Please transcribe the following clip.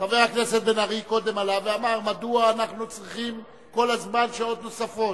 חבר הכנסת בן-ארי קודם עלה ואמר מדוע אנחנו צריכים כל הזמן שעות נוספות.